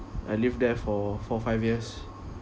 I lived there for four five years